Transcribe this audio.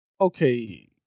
Okay